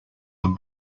them